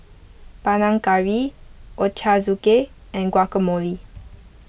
Panang Curry Ochazuke and Guacamole